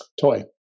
Toy